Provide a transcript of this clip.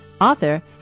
author